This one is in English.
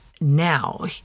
now